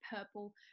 purple